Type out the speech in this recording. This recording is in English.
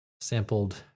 sampled